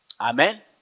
Amen